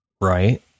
Right